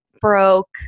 broke